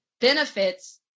benefits